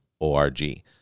O-R-G